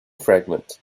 fragment